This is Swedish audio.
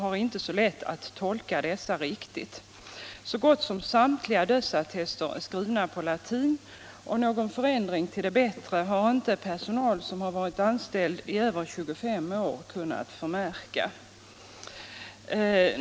Så gott som Om ett mera förståeligt medicinskt språk samtliga dödsattester är skrivna på latin, och någon ändring till det bättre har inte personal som varit anställd i över 25 år kunnat förmärka.